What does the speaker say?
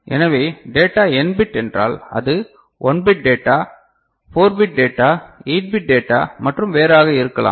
எனவே data n bit என்றால் அது 1 bit data 4 bit data 8 bit data மற்றும் வேறாக இருக்கலாம்